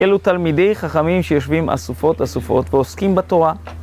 אלו תלמידי חכמים שיושבים אסופות אסופות ועוסקים בתורה.